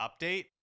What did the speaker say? update